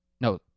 No